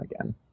again